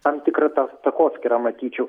tam tikrą tą takoskyrą matyčiau